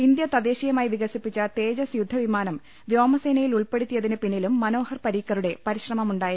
India തദ്ദേശീയമായി വിക സിപ്പിച്ച തേജസ് യുദ്ധവിമാനം വ്യോമസേനയിൽ ഉൾപെടുത്തിയതിന് പിന്നിലും മനോഹർ പരീക്കറുടെ പരിശ്രമമുണ്ടായിരുന്നു